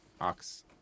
ox